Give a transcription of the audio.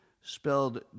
spelled